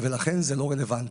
ולכן זה לא רלוונטי.